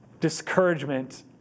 discouragement